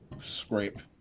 scrape